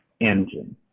engine